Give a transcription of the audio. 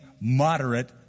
moderate